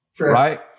Right